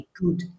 good